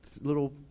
little